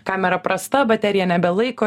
kamera prasta baterija nebelaiko